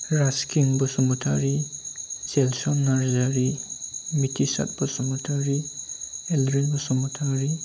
Raskin Basumatary Jelson Narzary Mithisar Basumatary Elrin Basumatary